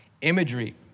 Imagery